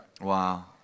Wow